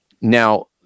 Now